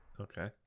Okay